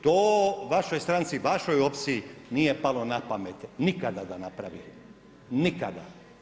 To vašoj stranci, vašoj opciji nije palo na pamet nikada da napravi, nikada.